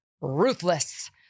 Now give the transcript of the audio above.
Ruthless